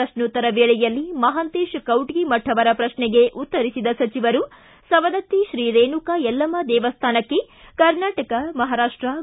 ಪ್ರಶ್ನೋತ್ತರ ವೇಳೆಯಲ್ಲಿ ನಿನ್ನೆ ಮಹಾಂತೇಶ ಕವಟಗಿಮಠ ಅವರ ಪ್ರಶ್ನೆಗೆ ಉತ್ತರಿಸಿದ ಸಚಿವರು ಸವದತ್ತಿ ಶ್ರೀ ರೇಣುಕಾ ಯಲ್ಲಮ್ನ ದೇವಸ್ಥಾನಕ್ಕೆ ಕರ್ನಾಟಕ ಮಹಾರಾಷ್ಸ